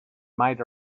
might